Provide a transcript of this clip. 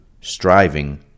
striving